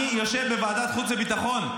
אני יושב בוועדת החוץ והביטחון,